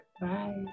Bye